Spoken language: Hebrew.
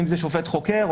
אם זה שופט חוקר,